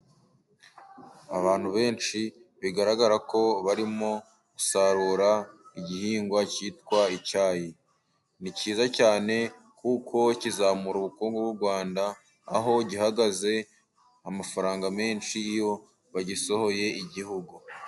Abantu benshi bigaragarako barimo gusarura igihingwa cyitwa icyayi. Ni cyiza cyane kuko kizamura ubukungu bw'u Rwanda ,aho gihagaze amafaranga menshi iyo bagisohoye igihugu.